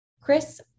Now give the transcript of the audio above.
chris